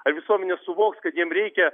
ar visuomenė suvoks kad jiem reikia